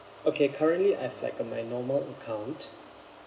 okay currently I've like my normal account